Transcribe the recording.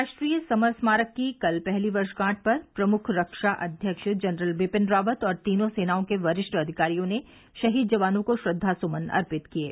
राष्ट्रीय समर स्मारक की कल पहली वर्षगांठ पर प्रमुख रक्षा अध्यक्ष जनरल बिपिन रावत और तीनों सेनाओं के वरिष्ठ अधिकारियों ने शहीद जवानों को श्रद्वासुमन अर्पित किये